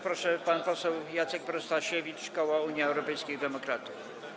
Pan poseł Jacek Protasiewicz, koło Unii Europejskich Demokratów.